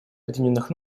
объединенных